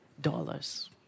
dollars